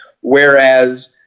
Whereas